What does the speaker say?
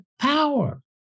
power